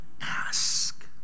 ask